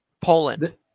Poland